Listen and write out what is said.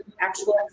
actual